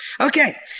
Okay